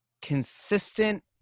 consistent